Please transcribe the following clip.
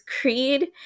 Creed